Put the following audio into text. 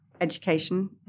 education